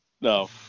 No